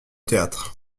théâtre